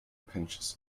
pinches